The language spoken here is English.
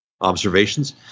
observations